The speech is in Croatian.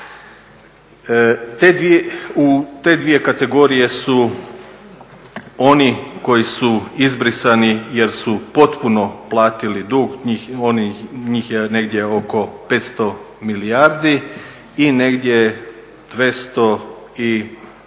U te dvije kategorije su oni koji su izbrisani jer su potpuno platili dug, njih je negdje oko 500 milijardi i negdje 290